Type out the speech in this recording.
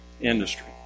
industry